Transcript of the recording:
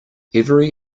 every